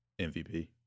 MVP